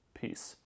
Peace